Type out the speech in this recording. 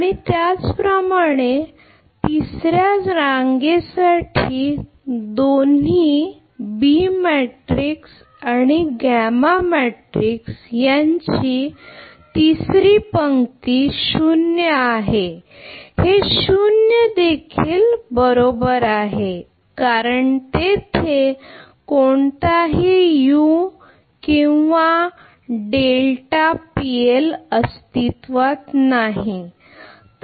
आणि त्याचप्रमाणे तिसऱ्या रांगेसाठी आपली दोन्ही बी मॅट्रिक्स आणि गामा मॅट्रिक्स यांची ही तिसरी पंक्ती शून्यआहे हे शून्य देखील बरोबर आहे कारण तेथे कोणताही यू U किंवा डेल्टा पीएल अस्तित्वात नाही